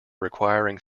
requiring